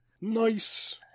Nice